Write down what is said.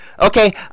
Okay